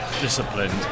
disciplined